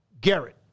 Garrett